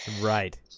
Right